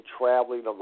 traveling